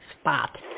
spot